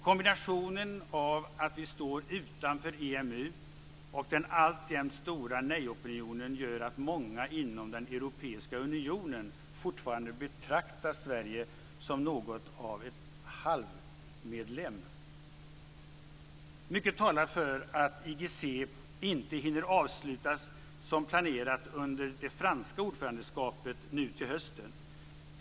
Kombinationen av att vi står utanför EMU och den alltjämt stora nej-opinionen gör att många inom den europeiska unionen fortfarande betraktar Sverige som något av en halvmedlem. Mycket talar för att IGC inte hinner avslutas som planerat under det franska ordförandeskapet nu till hösten.